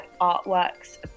artworks